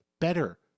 better